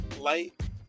Light